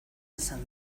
izan